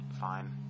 Fine